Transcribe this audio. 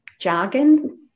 jargon